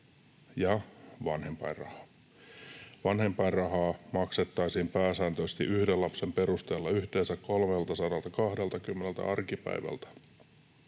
ja vanhempainraha. Vanhempainrahaa maksettaisiin pääsääntöisesti yhden lapsen perusteella yhteensä 320 arkipäivältä.